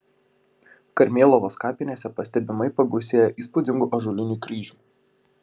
karmėlavos kapinėse pastebimai pagausėjo įspūdingų ąžuolinių kryžių